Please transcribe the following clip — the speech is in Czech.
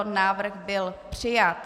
Návrh byl přijat.